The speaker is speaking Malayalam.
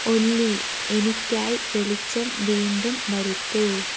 ഒല്ലി എനിക്കായി വെളിച്ചം വീണ്ടും വരുത്തൂ